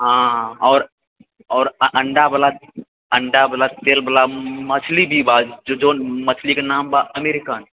हाँ आओर आओर अऽ अण्डा बला अण्डा बला तेल बला मछली भी बाज जो जोन मछलीके नाम बा अमेरिकन